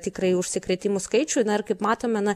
tikrąjį užsikrėtimų skaičių na ir kaip matome na